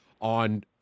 on